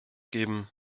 geben